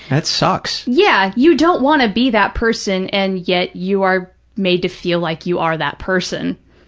that sucks. yeah. you don't want to be that person, and yet you are made to feel like you are that person,